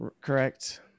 correct